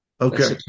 Okay